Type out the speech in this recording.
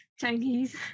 Chinese